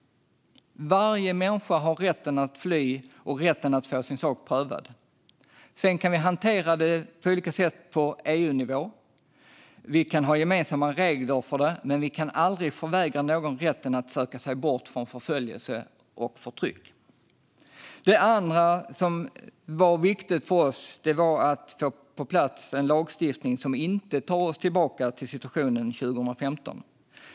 Varje människa har rätten att fly och rätten att få sin sak prövad. Sedan kan vi hantera det på olika sätt på EU-nivå. Vi kan ha gemensamma regler för det, men vi kan aldrig förvägra någon rätten att söka sig bort från förföljelse och förtryck. Den andra punkten som var viktig för oss var att få en lagstiftning på plats som inte tar oss tillbaka till situationen 2015.